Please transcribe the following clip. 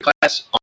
class